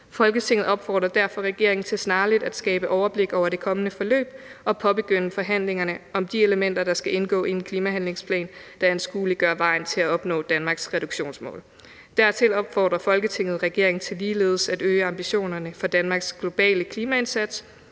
Folketinget opfordrer derfor regeringen til snarligt at skabe overblik over det kommende forløb og påbegynde forhandlingerne om de elementer, der skal indgå i en klimahandlingsplan, der anskueliggør vejen til at opnå Danmarks reduktionsmål. Dertil opfordrer Folketinget regeringen til ligeledes at øge ambitionerne for Danmarks globale klimaindsats,